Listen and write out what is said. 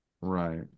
Right